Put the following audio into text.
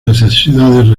necesidades